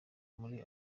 muri